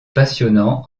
passionnant